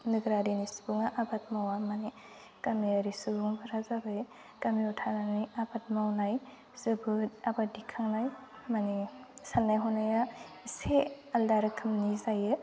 नोगोरारिनि सुबुङा आबाद मावा माने गामियारि सुबुंफोरा जाबाय गामियाव थानानै आबाद मावनाय जोबोद आबाद दैखांनाय माने साननाय हनाया एसे आलादा रोखोमनि जायो